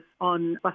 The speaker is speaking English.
on